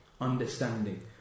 understanding